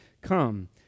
come